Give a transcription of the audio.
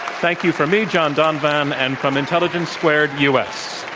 thank you from me, john d onvan, and from intelligence squared u. ah